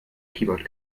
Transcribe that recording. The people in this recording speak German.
keyboard